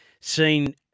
seen